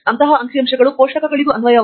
ಆದಾಗ್ಯೂ ನಾವು ಇಲ್ಲಿ ಅವುಗಳನ್ನು ನೋಡುವುದಿಲ್ಲ